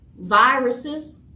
Viruses